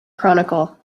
chronicle